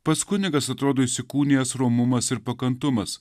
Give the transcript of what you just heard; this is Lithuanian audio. pats kunigas atrodo įsikūnijęs romumas ir pakantumas